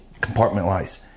compartmentalize